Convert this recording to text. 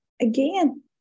Again